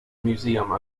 museum